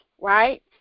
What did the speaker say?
right